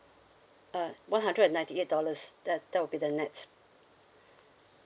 uh one hundred and ninety eight dollars that that will be the net